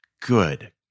Good